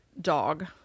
dog